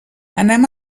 anem